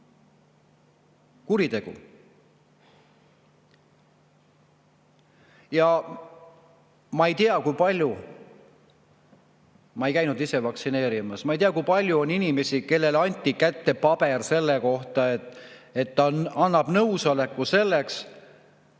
kuritegu. Ja ma ei tea, kui palju – ma ei käinud ise vaktsineerimas, ma ei tea – on inimesi, kellele anti kätte paber selle kohta, et ta annab nõusoleku selleks, et